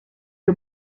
que